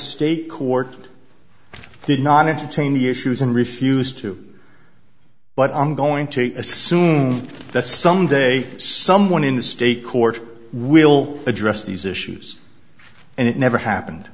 state court did not entertain the issues and refused to but i'm going to assume that someday someone in the state court will address these issues and it never happened